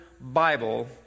Bible